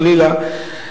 חלילה,